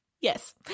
Yes